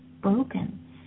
broken